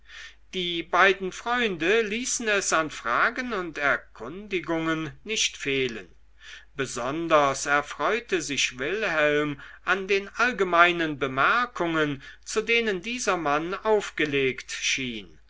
die beiden freunde ließen es an fragen und erkundigungen nicht fehlen besonders erfreute sich wilhelm an den allgemeinen bemerkungen zu denen dieser mann aufgelegt schien